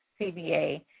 CBA